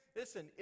listen